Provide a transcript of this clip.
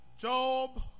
Job